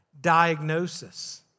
diagnosis